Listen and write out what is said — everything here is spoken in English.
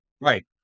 right